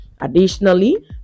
Additionally